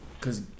Cause